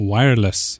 Wireless